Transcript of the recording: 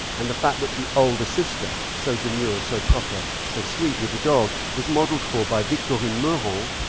and the fact that the older sister, so demur, so proper, so sweet with the dog, was modeled for by victorine meurent,